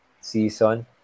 season